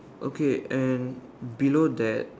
okay and below that